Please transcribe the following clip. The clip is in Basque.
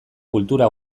kultura